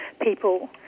people